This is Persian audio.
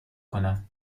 کنم